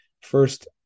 first